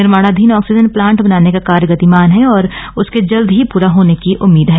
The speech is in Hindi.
निर्माणाधीन ऑक्सीजन प्लांट बनाने का कार्य गतिमान है और उसके जल्द ही पूरा होने की उम्मीद है